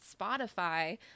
Spotify